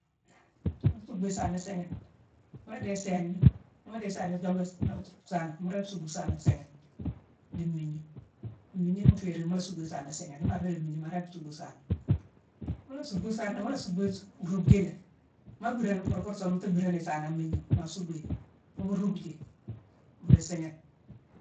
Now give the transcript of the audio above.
Mu suuckbu isaana isiighine: mu la déye saygna, ni mu déye saygna, yongu-gnoju-saana-mu ringi suuckbu saana siighine dii mmiigna. Mmiigna ni mu féérine, mu la suuckbu isaana siighine. Ni ma féérine mmiigna ma ringi suuckbu saana. mu la suuckbu saana-mu la suuckbu-ruugji lé. Ma bhiira-fur fur song mu tu bhiirane ni isaana an miigna, ma suuckbu yi. Foo mu ruugji, mburu isiighine.